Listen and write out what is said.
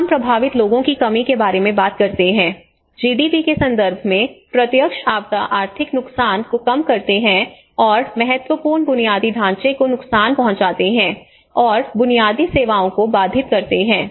हम प्रभावित लोगों की कमी के बारे में बात करते हैं जीडीपी के संदर्भ में प्रत्यक्ष आपदा आर्थिक नुकसान को कम करते हैं और महत्वपूर्ण बुनियादी ढांचे को नुकसान पहुंचाते हैं और बुनियादी सेवाओं को बाधित करते हैं